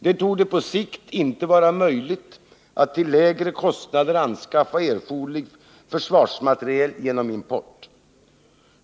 Det torde på sikt inte vara möjligt att till lägre kostnader anskaffa erforderlig försvarsmateriel genom import.